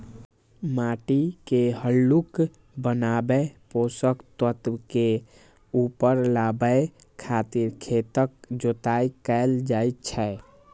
माटि के हल्लुक बनाबै, पोषक तत्व के ऊपर लाबै खातिर खेतक जोताइ कैल जाइ छै